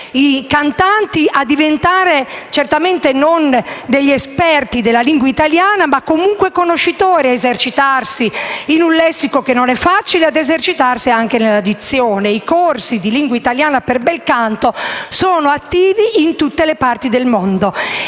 i cantanti a diventare non degli esperti della lingua italiana, ma dei conoscitori e ad esercitarsi in un lessico che non è semplice e nella dizione. I corsi di lingua italiana per il bel canto sono attivi in tutte le parti del mondo